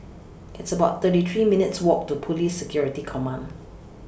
It's about thirty three minutes' Walk to Police Security Command